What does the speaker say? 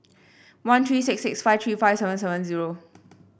one three six six five three five seven seven zero